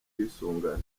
bwisungane